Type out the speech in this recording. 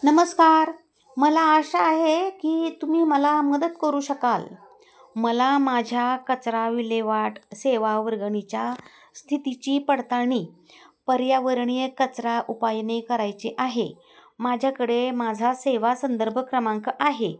नमस्का र मला आशा आहे की तुम्ही मला मदत करू शकाल मला माझ्या कचरा विल्हेवाट सेवा वर्गणीच्या स्थितीची पडताळणी पर्यावरणीय कचरा उपायने करायची आहे माझ्याकडे माझा सेवा संदर्भ क्रमांक आहे